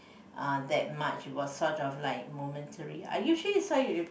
uh that much it was sort of like momentary are you sure you saw it